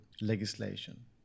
legislation